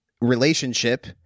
relationship